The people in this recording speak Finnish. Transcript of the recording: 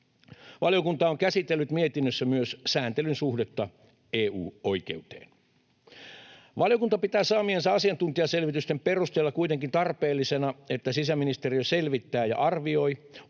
Valiokunta on käsitellyt mietinnössä myös sääntelyn suhdetta EU-oikeuteen. Valiokunta pitää saamiensa asiantuntijaselvitysten perusteella kuitenkin tarpeellisena, että sisäministeriö selvittää ja arvioi,